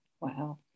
wow